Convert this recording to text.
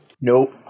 Nope